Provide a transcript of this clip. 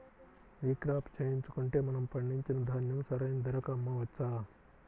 ఈ క్రాప చేయించుకుంటే మనము పండించిన ధాన్యం సరైన ధరకు అమ్మవచ్చా?